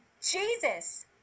Jesus